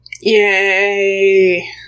Yay